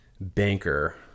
banker